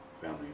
family